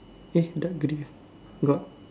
eh it's dark grey got